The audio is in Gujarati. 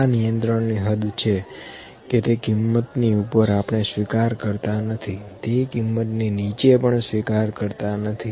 આ નિયંત્રણ ની હદ્દ છે કે તે કીમત ની ઉપર આપણે સ્વીકાર કરતા નથી તે કિંમતની નીચે પણ સ્વીકાર કરતા નથી